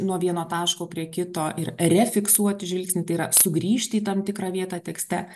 nuo vieno taško prie kito ir refiksuoti žvilgsnį tai yra sugrįžti į tam tikrą vietą tekste